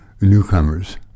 newcomers